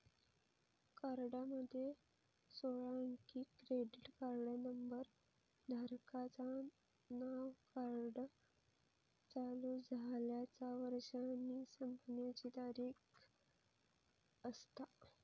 कार्डामध्ये सोळा अंकी क्रेडिट कार्ड नंबर, धारकाचा नाव, कार्ड चालू झाल्याचा वर्ष आणि संपण्याची तारीख असता